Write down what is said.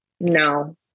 No